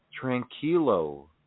Tranquilo